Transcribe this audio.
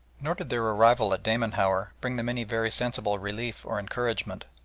nor did their arrival at damanhour bring them any very sensible relief or encouragement,